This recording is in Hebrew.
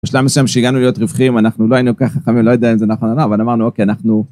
בשלב מסוים שהגענו להיות רווחים, אנחנו לא היינו ככה חכמים, לא יודע אם זה נכון או לא, אבל אמרנו, אוקיי, אנחנו...